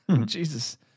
Jesus